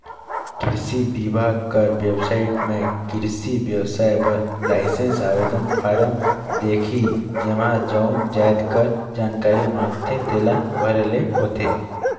किरसी बिभाग कर बेबसाइट में किरसी बेवसाय बर लाइसेंस आवेदन फारम दिखही जेम्हां जउन जाएत कर जानकारी मांगथे तेला भरे ले होथे